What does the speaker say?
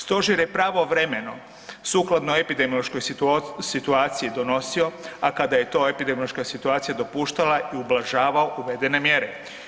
Stožer je pravovremeno sukladno epidemiološkoj situaciji donosio a kada je to epidemiološka situacija dopuštala, i ublažavao uvedene mjere.